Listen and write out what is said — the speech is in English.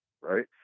right